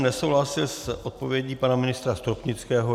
Nesouhlasil jsem s odpovědí pana ministra Stropnického.